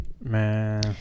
man